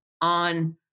on